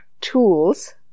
tools